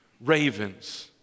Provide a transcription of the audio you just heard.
ravens